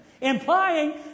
Implying